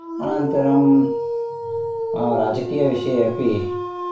अनन्तरं राजकीयविषये अपि